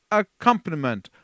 accompaniment